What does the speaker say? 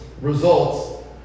results